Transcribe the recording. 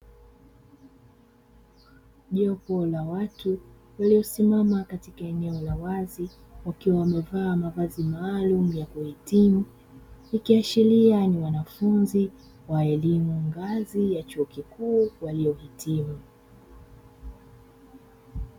Jopo la watu walio simama katika eneo la wazi wakiwa wamevaa mavazi maalumu ya kuhitimu, ikiashiria ni wanafunzi wa elimu ngazi ya chuo kikuu waliohitimu.